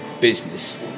business